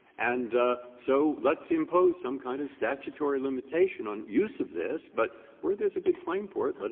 and so let's impose some kind of statutory limitation on use of this, but where there is a good claim for it, but